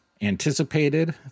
anticipated